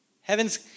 Heaven's